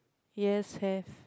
yes have